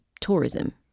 tourism